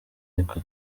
ariko